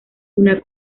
una